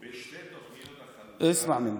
שתי תוכניות החלוקה,